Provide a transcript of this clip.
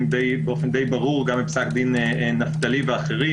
באופן די ברור גם מפסק דין נפתלי ואחרים